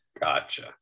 Gotcha